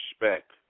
respect